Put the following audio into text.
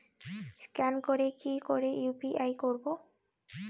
Scan করে কি করে ইউ.পি.আই করবো?